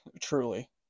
Truly